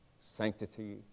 Sanctity